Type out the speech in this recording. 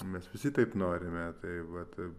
mes visi taip norime tai vat